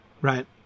Right